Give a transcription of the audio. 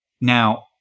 Now